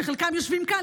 שחלקם יושבים כאן,